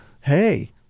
Hey